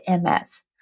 MS